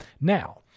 now